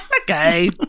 okay